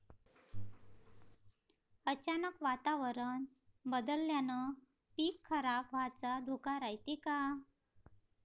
अचानक वातावरण बदलल्यानं पीक खराब व्हाचा धोका रायते का?